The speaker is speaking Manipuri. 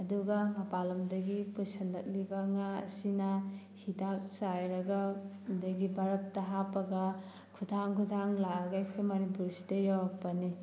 ꯑꯗꯨꯒ ꯃꯄꯥꯟ ꯂꯝꯗꯒꯤ ꯄꯨꯁꯤꯜꯂꯛꯂꯤꯕ ꯉꯥ ꯑꯁꯤꯅ ꯍꯤꯗꯥꯛ ꯆꯥꯏꯔꯒ ꯑꯗꯒꯤ ꯕꯔꯞꯇ ꯍꯥꯞꯄꯒ ꯈꯨꯊꯥꯡ ꯈꯨꯊꯥꯡ ꯂꯥꯛꯑꯒ ꯑꯩꯈꯣꯏ ꯃꯅꯤꯄꯨꯔꯁꯤꯗ ꯌꯧꯔꯛꯄꯅꯤ